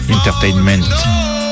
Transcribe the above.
Entertainment